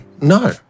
No